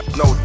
no